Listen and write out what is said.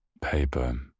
paper